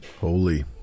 Holy